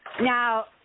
Now